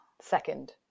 second